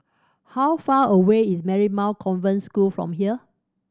how far away is Marymount Convent School from here